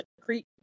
Creek